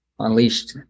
unleashed